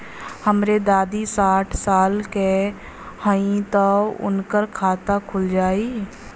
हमरे दादी साढ़ साल क हइ त उनकर खाता खुल जाई?